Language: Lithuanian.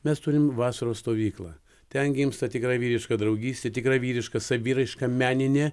mes turim vasaros stovyklą ten gimsta tikra vyriška draugystė tikra vyriška saviraiška meninė